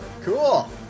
Cool